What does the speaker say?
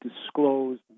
disclose